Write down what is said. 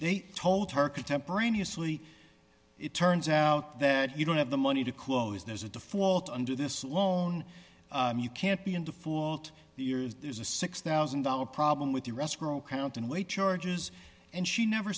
they told her contemporaneously it turns out that you don't have the money to close there's a default under this loan you can't be in default years there's a six thousand dollars problem with the rest grow count and wait charges and she never